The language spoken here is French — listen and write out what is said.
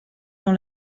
dans